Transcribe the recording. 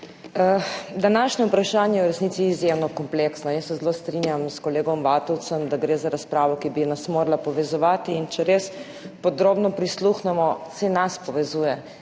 Današnje vprašanje je v resnici izjemno kompleksno. Jaz se zelo strinjam s kolegom Vatovcem, da gre za razpravo, ki bi nas morala povezovati, in če res podrobno prisluhnemo, saj nas povezuje.